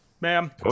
ma'am